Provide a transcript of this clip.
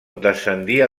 descendia